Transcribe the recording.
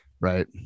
Right